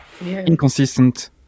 inconsistent